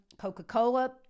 Coca-Cola